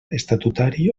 estatutari